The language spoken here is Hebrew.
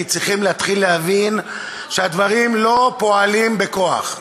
כי צריכים להתחיל להבין שהדברים לא פועלים בכוח.